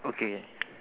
okay